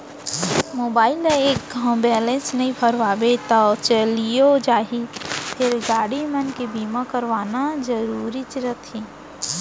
mobile ल एक घौं बैलेंस नइ भरवाबे तौ चलियो जाही फेर गाड़ी मन के बीमा करवाना जरूरीच रथे